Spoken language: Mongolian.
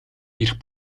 эрх